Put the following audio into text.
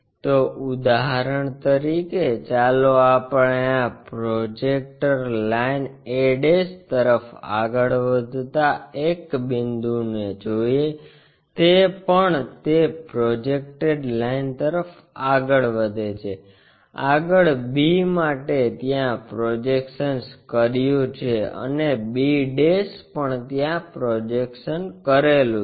તો ઉદાહરણ તરીકે ચાલો આપણે આ પ્રોજેક્ટર લાઇન a તરફ આગળ વધતા એક બિંદુને જોઈએ તે પણ તે પ્રોજેક્ટેડ લાઇન તરફ આગળ વધે છેઆગળ b માટે ત્યાં પ્રોજેક્શન કર્યુ છે અને b પણ ત્યાં પ્રોજેક્શન કરેલું છે